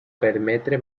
permetre